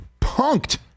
punked